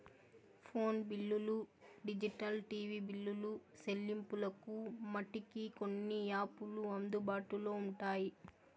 phone బిల్లులు digital TV బిల్లులు సెల్లింపులకు మటికి కొన్ని యాపులు అందుబాటులో ఉంటాయి